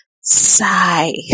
sigh